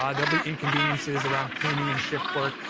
um there'll be inconveniences around cleaning and shift work.